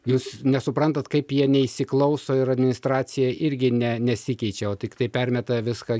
jūs nesuprantat kaip jie neįsiklauso ir administracija irgi ne nesikeičia tiktai permeta viską